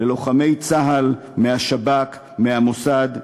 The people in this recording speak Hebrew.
ללוחמי צה"ל, השב"כ, המוסד,